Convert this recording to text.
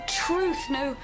truth,no